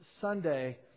Sunday